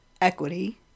equity